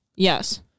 Yes